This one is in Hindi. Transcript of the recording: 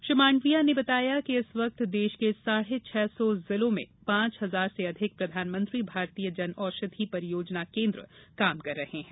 श्री मांडविया ने बताया कि इस वक्त देश के साढ़े छह सौ जिलों में पांच हजार से अधिक प्रधानमंत्री भारतीय जनऔषधि परियोजना केन्द्र काम कर रहे हैं